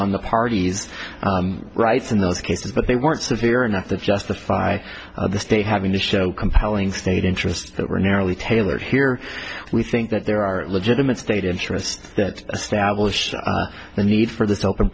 on the parties rights in those cases but they weren't severe enough to justify the state having to show compelling state interest that were narrowly tailored here we think that there are legitimate state interests that establish the need for this open